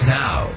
now